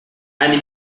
and